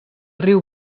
riu